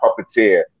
puppeteer